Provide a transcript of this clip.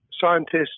Scientists